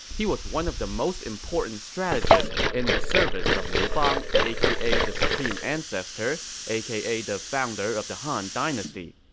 he was one of the most important strategists in the service of liu bang, aka the supreme ancestor, aka the founder of the han dynasty.